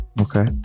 Okay